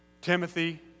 Timothy